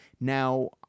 Now